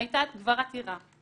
שהיתה כבר עתירה